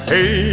Hey